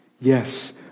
Yes